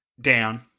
down